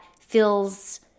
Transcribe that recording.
feels